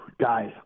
Guys